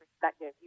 perspective